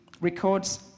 records